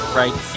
right